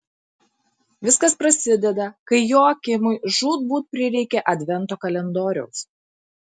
viskas prasideda kai joakimui žūtbūt prireikia advento kalendoriaus